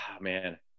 man